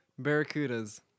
Barracudas